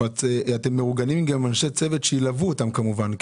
אתם מאורגנים גם עם אנשי צוות שילוו אותם כמובן,